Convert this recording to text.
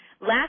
Last